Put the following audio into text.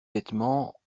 vêtements